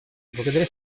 благодаря